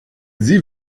sie